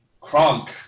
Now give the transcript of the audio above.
Kronk